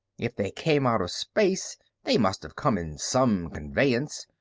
if they came out of space they must have come in some conveyance,